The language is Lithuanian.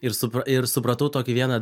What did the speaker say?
ir supra ir supratau tokį vieną